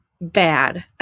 bad